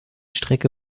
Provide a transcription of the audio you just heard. strecke